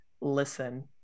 listen